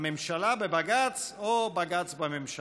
הממשלה בשל הבג"ץ או בג"ץ בשל הממשלה?